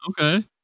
Okay